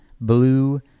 Blue